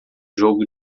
jogo